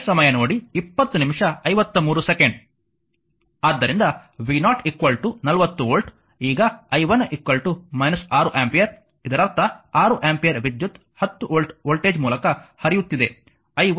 ಆದ್ದರಿಂದ v0 40 volt ಈಗ i 1 6 ampere ಇದರರ್ಥ 6 ಆಂಪಿಯರ್ ವಿದ್ಯುತ್ 10 ವೋಲ್ಟ್ ವೋಲ್ಟೇಜ್ ಮೂಲಕ್ಕೆ ಹರಿಯುತ್ತಿದೆ